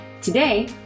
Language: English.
Today